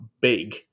big